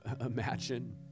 imagine